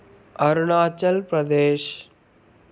Arunachal Pradesh